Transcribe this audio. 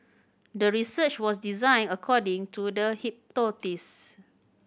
the research was designed according to the hypothesis